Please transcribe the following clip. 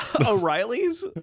O'Reilly's